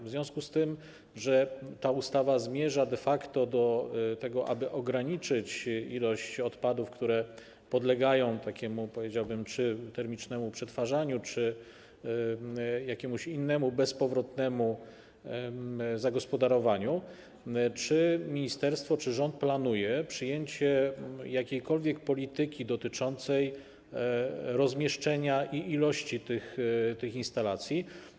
W związku z tym, że ta ustawa zmierza de facto do tego, aby ograniczyć ilość odpadów, które podlegają takiemu, powiedziałbym, termicznemu przetwarzaniu czy jakiemuś innemu bezpowrotnemu zagospodarowaniu, czy ministerstwo, rząd planuje przyjęcie jakiejkolwiek polityki dotyczącej rozmieszczenia i ilości tych instalacji?